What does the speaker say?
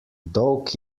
dolg